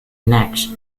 necks